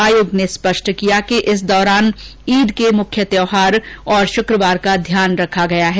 आयोग ने स्पष्ट किया कि इस दौरान ईद के मुख्य त्यौहार और शुक्रवार का ध्यान रखा गया है